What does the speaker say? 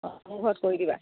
অঁ ঘৰত কৰি দিবা